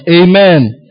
Amen